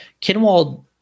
Kinwald